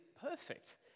perfect